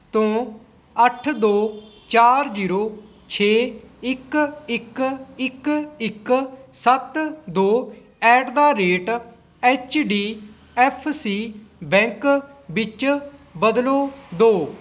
ਤੋਂ ਅੱਠ ਦੋ ਚਾਰ ਜੀਰੋ ਛੇ ਇੱਕ ਇੱਕ ਇੱਕ ਇੱਕ ਸੱਤ ਦੋ at the rate H D F C bank ਵਿੱਚ ਬਦਲੋ ਦਿਓ